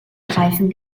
reifen